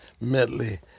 medley